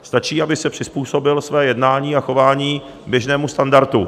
Stačí, aby přizpůsobil své jednání a chování běžnému standardu.